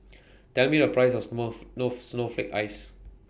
Tell Me The Price of Snowflake Ice